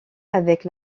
avec